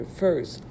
first